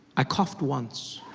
i coughed once.